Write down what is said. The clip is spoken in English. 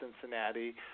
Cincinnati